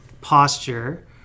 posture